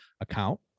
account